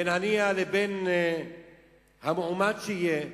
בין הנייה לבין המועמד שיהיה,